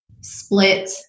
split